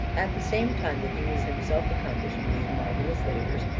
at the same time that he was himself accomplishing these marvellous labours,